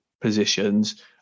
positions